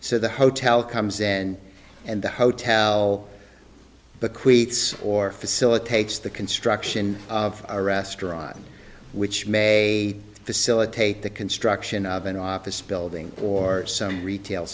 so the hotel comes in and the hotel but quits or facilitates the construction of a restaurant which may facilitate the construction of an office building or some retail